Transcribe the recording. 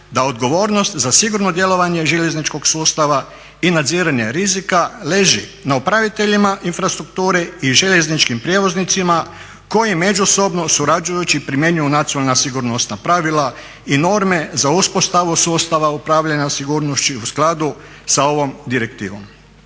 da odgovornost za sigurno djelovanje željezničkog sustava i nadziranje rizika leži na upraviteljima infrastrukture i željezničkim prijevoznicima koji međusobno surađujući primjenjuju nacionalna sigurnosna pravila i norme za uspostavu sustava upravljanja sigurnošću u skladu sa ovom direktivom.